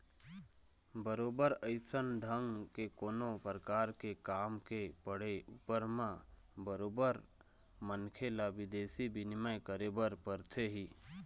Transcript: बरोबर अइसन ढंग के कोनो परकार के काम के पड़े ऊपर म बरोबर मनखे ल बिदेशी बिनिमय करे बर परथे ही